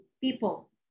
people